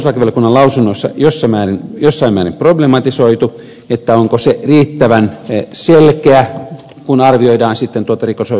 tätä on perustuslakivaliokunnan lausunnoissa jossain määrin problematisoitu onko se riittävän selkeä kun arvioidaan sitten tuota rikosoikeudellista vastuuta